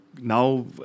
now